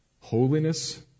holiness